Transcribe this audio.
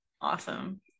awesome